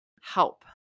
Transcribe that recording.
help